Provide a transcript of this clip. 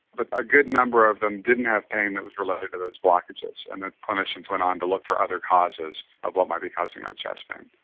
but a good number of them didn't have pain that was related to those blockages, and the clinicians went on to look for other causes of what might be causing their chest pain.